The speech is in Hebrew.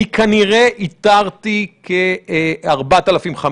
אני כנראה איתרתי כ-4,500.